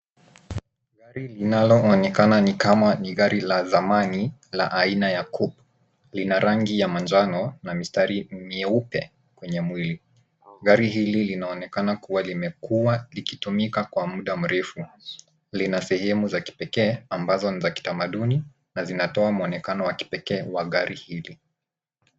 Gari linalo onekana ni kama ni gari la zamani la aina ya [vnku[vn]. Lina rangi ya manjano na nyeupe kwenye mwili. Gari hili linaonekana kuwa limekuwa likitumika kwa muda mrefu na ina sehemu za kipeke ambazo ni za kitamaduni na zinatoa muonekano wa pekee gari hili.